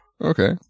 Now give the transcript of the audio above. Okay